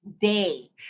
day